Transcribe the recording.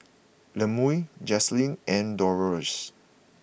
Lemuel Jaslene and Doloris